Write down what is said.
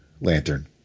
lantern